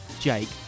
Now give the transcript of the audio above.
Jake